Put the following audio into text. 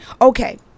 Okay